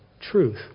truth